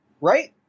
right